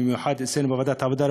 במיוחד אצלנו בוועדת העבודה,